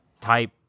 type